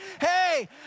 hey